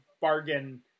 bargain